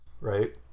Right